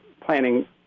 planning